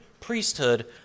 priesthood